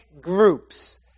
groups